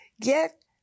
Get